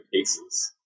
cases